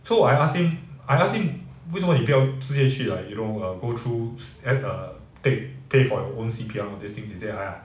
so I ask him I ask him 为什么你不要直接去 like you know err go through then err take pay for your own C_P_L these things he say !aiya!